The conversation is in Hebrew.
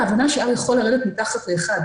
אבל ההבנה שה-R יכול לרדת מתחת ל-1,